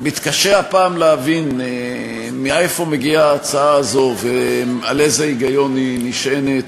מתקשה הפעם להבין מאיפה מגיעה ההצעה הזו ועל איזה היגיון היא נשענת.